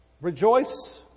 rejoice